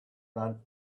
ran